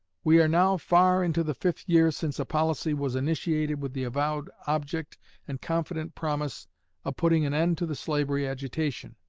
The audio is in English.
we are now far into the fifth year since a policy was initiated with the avowed object and confident promise of putting an end to the slavery agitation.